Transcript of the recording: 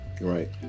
right